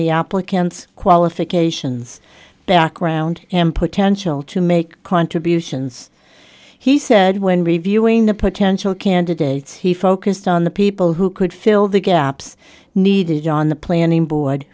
the applicants qualifications background and potential to make contributions he said when reviewing the potential candidates he focused on the people who could fill the gaps needed on the planning board